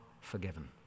forgiven